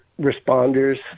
responders